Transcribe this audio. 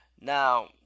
Now